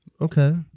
Okay